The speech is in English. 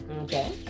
Okay